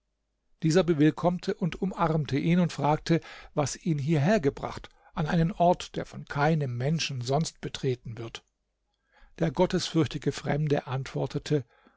dieser bewillkommte und umarmte ihn und fragte was ihn hierher gebracht an einen ort der von keinem menschen sonst betreten wird der gottesfürchtige fremde antwortete